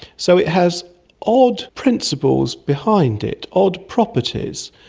so it has odd principles behind it, odd properties,